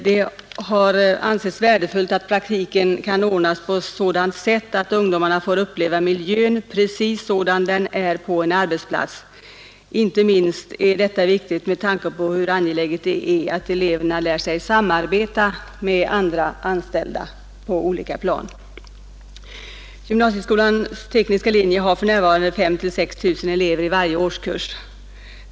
Det har ansetts värdefullt att praktiken kan ordnas på ett sådant sätt att ungdomarna får uppleva miljön precis sådan den är på en arbetsplats. Inte minst är detta viktigt med tanke på hur angeläget det är att eleverna lär sig samarbeta med andra anställda på olika plan. Gymnasieskolans tekniska linje har 5 000—6 000 elever i varje årskurs.